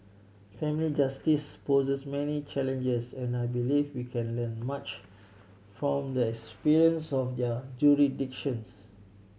family justice poses many challenges and I believe we can learn much from the experience of they are jurisdictions